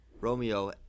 Romeo